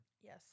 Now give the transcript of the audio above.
Yes